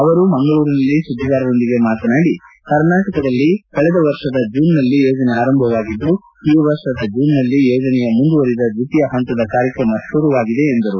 ಅವರು ಮಂಗಳೂರಿನಲ್ಲಿ ಸುದ್ದಿಗಾರರೊಂದಿಗೆ ಮಾತನಾಡಿ ಕರ್ನಾಟಕದಲ್ಲಿ ಕಳೆದ ವರ್ಷದ ಜೂನ್ನಲ್ಲಿ ಯೋಜನೆ ಆರಂಭವಾಗಿದ್ದು ಈವರ್ಷದ ಜೂನ್ನಲ್ಲಿ ಯೋಜನೆಯ ಮುಂದುವರಿದ ದ್ವಿತೀಯ ಹಂತದ ಕಾರ್ಯಕ್ರಮ ಶುರುವಾಗಿದೆ ಎಂದರು